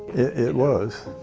it was